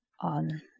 on